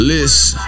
Listen